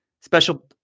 special